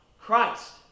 Christ